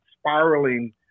spiraling